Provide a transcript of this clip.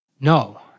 No